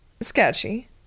Sketchy